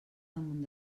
damunt